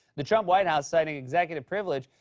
the trump white house, citing executive privilege,